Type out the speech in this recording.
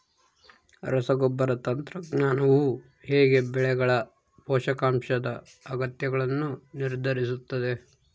ರಸಗೊಬ್ಬರ ತಂತ್ರಜ್ಞಾನವು ಹೇಗೆ ಬೆಳೆಗಳ ಪೋಷಕಾಂಶದ ಅಗತ್ಯಗಳನ್ನು ನಿರ್ಧರಿಸುತ್ತದೆ?